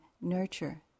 nurture